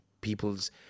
people's